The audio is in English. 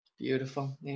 Beautiful